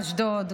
אשדוד,